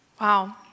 Wow